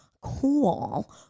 cool